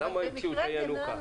למה המציאו את הינוקא?